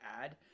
add